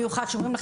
ששומעים.